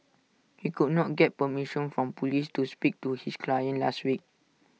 he could not get permission from Police to speak to his client last week